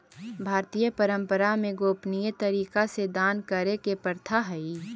भारतीय परंपरा में गोपनीय तरीका से दान करे के प्रथा हई